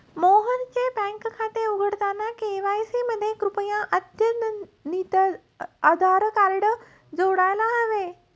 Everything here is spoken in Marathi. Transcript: मोहनचे बँक खाते उघडताना के.वाय.सी मध्ये कृपया अद्यतनितआधार कार्ड जोडायला हवे